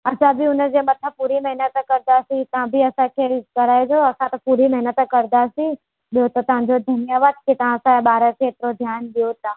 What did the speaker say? असां बि हुनजे मथां पूरी महिनत करंदासीं व बि असांखे कराएजो असां त पूरी महिनत करदासीं ॿियों त तव्हांजो धन्यवाद की तव्हां असांजे ॿार खे एतिरो ध्यानु ॾियो था